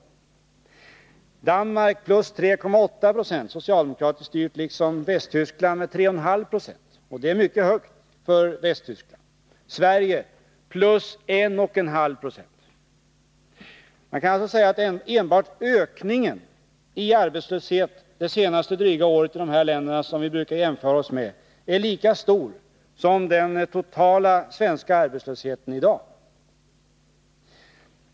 I Danmark var arbetslösheten plus 3,8 20. Det landet är socialdemokratiskt styrt, liksom Västtyskland med plus 3,5 Jo. Sverige hade plus 1,5 96. Man kan alltså säga att enbart ökningen i arbetslöshet det senaste året i dessa länder, som vi brukar jämföra oss med, är lika stor som den totala svenska arbetslösheten i dag.